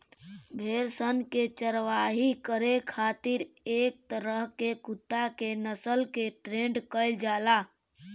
भेड़ सन के चारवाही करे खातिर एक तरह के कुत्ता के नस्ल के ट्रेन्ड कईल जाला